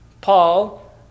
Paul